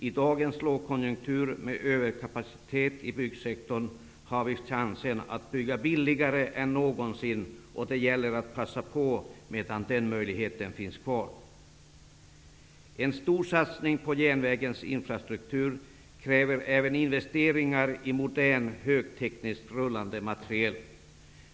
I dagens lågkonjunktur med överkapacitet i byggsektorn finns chansen att bygga billigare än någonsin, och det gäller att passa på medan den möjligheten finns kvar. En stor satsning på järnvägens infrastruktur kräver även investeringar i modernt högtekniskt rullande material.